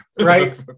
right